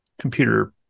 computer